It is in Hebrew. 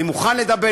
אני מוכן לבוא לקראתך,